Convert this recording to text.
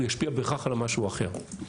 הוא ישפיע בהכרח על המשהו האחר.